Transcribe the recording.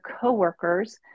coworkers